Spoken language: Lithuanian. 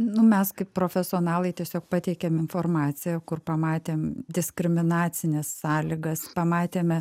nu mes kaip profesionalai tiesiog pateikėm informaciją kur pamatėm diskriminacines sąlygas pamatėme